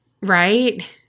Right